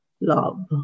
love